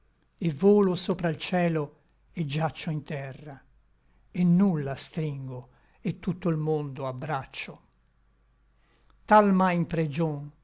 et volo sopra l cielo et giaccio in terra et nulla stringo et tutto l mondo abbraccio tal m'à in pregion